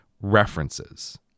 references